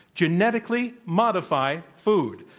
genetically modify food,